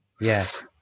yes